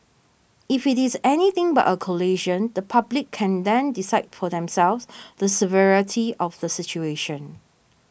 if it is anything but a collision the public can then decide for themselves the severity of the situation